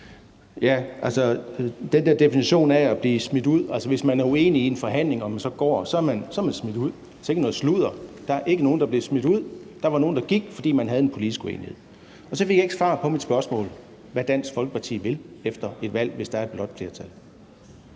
(EL): Om den der definition af at blive smidt ud, altså at man, hvis man er uenig i en forhandling og så går, er smidt ud, vil jeg sige: Sikke noget sludder. Der er ikke nogen, der bliver smidt ud. Der var nogle, der gik, fordi man havde en politisk uenighed. Så fik jeg ikke svar på mit spørgsmål om, hvad Dansk Folkeparti vil efter et valg, hvis der er et blåt flertal.